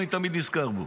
אני תמיד נזכר בו.